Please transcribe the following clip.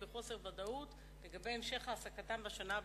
בחוסר ודאות לגבי המשך העסקתם בשנה הבאה,